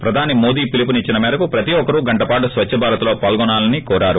ప్రధాని మోడీ పిలుపునిచ్చిన మేరకు ప్రతి ఒక్కరూ గంటపాటు స్వఛ్చభారత్ లో పాల్గొనాలని కోరారు